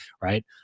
Right